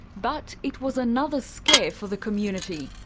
but it was another scare for the community.